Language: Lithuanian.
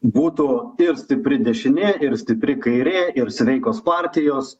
būtų ir stipri dešinė ir stipri kairė ir sveikos partijos